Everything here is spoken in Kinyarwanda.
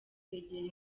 kwegera